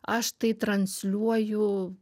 aš tai transliuoju